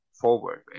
forward